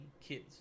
kids